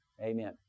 Amen